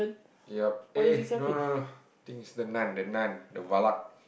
yup [eh]no no no think is the Nun the Nun the Valak